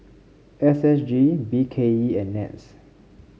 S S G B K E and NETS